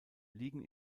liegen